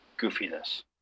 goofiness